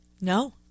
No